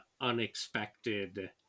unexpected